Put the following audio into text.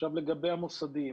עכשיו, לגבי המוסדיים.